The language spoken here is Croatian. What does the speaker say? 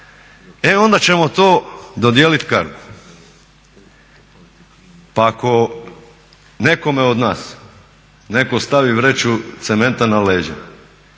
e onda ćemo to dodijelit CARGO-u. Pa ako nekome od nas netko stavi vreću cementa na leđa,